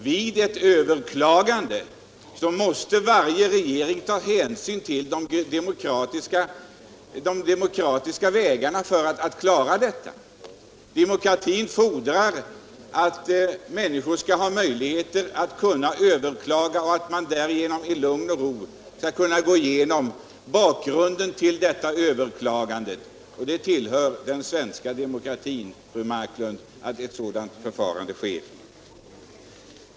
Vid ett överklagande måste varje regering ta hänsyn till de demokratiska formerna. Demokratin fordrar att människor skall kunna överklaga beslut och att man i lugn och ro skall kunna sätta sig in i bakgrunden till överklagandet. Ett sådant förfarande tillhör den svenska demokratin, fru Marklund.